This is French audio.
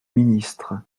ministre